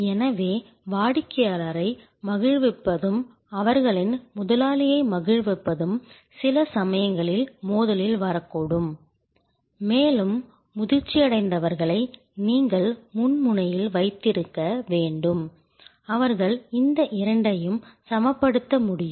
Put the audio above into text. எனவே வாடிக்கையாளரை மகிழ்விப்பதும் அவர்களின் முதலாளியை மகிழ்விப்பதும் சில சமயங்களில் மோதலில் வரக்கூடும் மேலும் முதிர்ச்சியடைந்தவர்களை நீங்கள் முன்முனையில் வைத்திருக்க வேண்டும் அவர்கள் இந்த இரண்டையும் சமப்படுத்த முடியும்